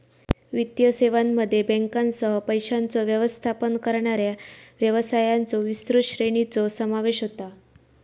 वित्तीय सेवांमध्ये बँकांसह, पैशांचो व्यवस्थापन करणाऱ्या व्यवसायांच्यो विस्तृत श्रेणीचो समावेश होता